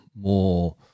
more